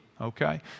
okay